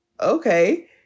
okay